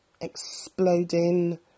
Exploding